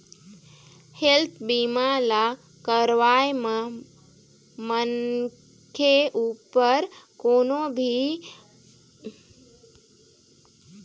health बीमा ल करवाए म मनखे उपर कोनो भी अलहन म बूता करे के लइक नइ रिहिस तेखर ले बचाथे